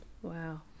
wow